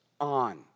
on